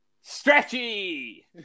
Stretchy